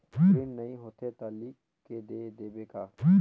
Print नइ होथे ता लिख के दे देबे का?